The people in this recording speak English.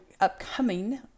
upcoming